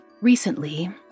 recently